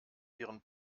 ihren